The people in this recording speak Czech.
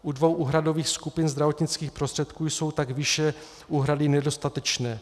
U dvou úhradových skupin zdravotnických prostředků jsou tak výše úhrady nedostatečné.